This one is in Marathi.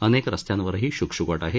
अनेक रस्त्यांवरही श्कश्काट आहे